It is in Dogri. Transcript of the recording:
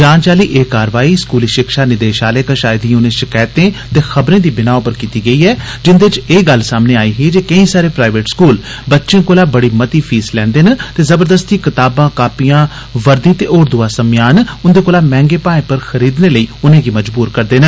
जांच आह्ली एह् कार्रवाई स्कूली शिक्षा निदेशालय कश आई दिए उनें शकैतें ते खबरें दी बिनाह उप्पर कीती गेई ऐ जिंदे च एह् गल्ल सामने आई ही जे केई सारे प्राइवेट स्कूल बच्चें कोला बड़ी मती फीस लैंदे न ते ज़बरदस्ती कताबां कापिंया वर्दी ते होर दुआ समेयान उन्दे कोला मैहंगें भाएं पर खरीदने लेई मजबूर करदे न